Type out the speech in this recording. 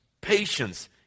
patience